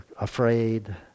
afraid